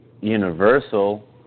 universal